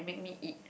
make me eat